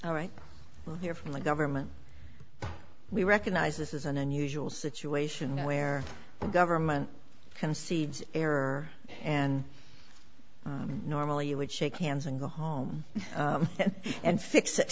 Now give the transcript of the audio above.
all right well here from the government we recognize this is an unusual situation where the government conceived error and normally you would shake hands and go home and fix it